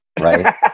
right